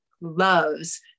loves